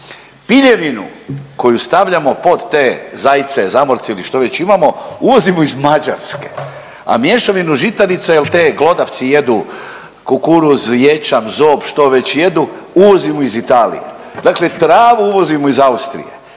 piljevinu koju stavljamo pod te zajce, zamorce ili što već imamo uvozimo iz Mađarske, a mješavinu žitarica jel te glodavci jedu kukuruz, ječam, zob, što već jedu, uvozimo iz Italije, dakle travu uvozimo iz Austrije,